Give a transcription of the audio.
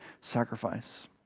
sacrifice